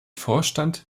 vorstand